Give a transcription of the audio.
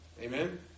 Amen